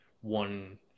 one